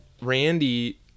Randy